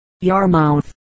Yarmouth